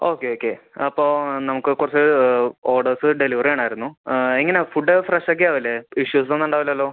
okay okay അപ്പോൾ നമുക്ക് കുറച്ച് ഓഡേസ് ഡെലിവറി ചെയ്യണമായിരുന്നു എങ്ങനെയാണ് ഫുഡ് ഫ്രഷൊക്കെ ആകില്ലേ ഇഷ്യൂസൊന്നും ഉണ്ടാവില്ലല്ലോ